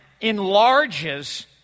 enlarges